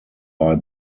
bye